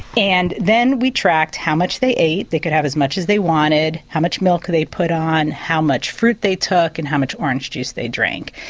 and then we tracked how much they ate, they could have as much as they wanted, how much milk they put on, how much fruit they took and how much orange juice they drank.